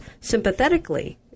sympathetically